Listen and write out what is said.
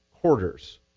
quarters